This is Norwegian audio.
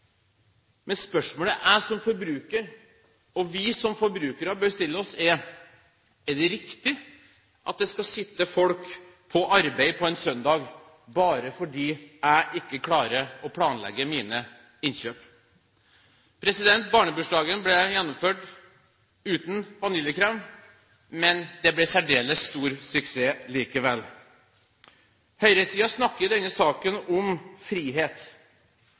Men spørsmålet jeg som forbruker, vi som forbrukere, bør stille oss, er: Er det riktig at det skal være folk på arbeid på en søndag bare fordi jeg ikke klarer å planlegge mine innkjøp? Barnebursdagen ble gjennomført uten vaniljekrem, men det ble særdeles stor suksess likevel! Høyresiden snakker i denne saken om «frihet» – men det er en frihet